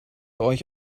euch